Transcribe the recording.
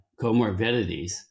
comorbidities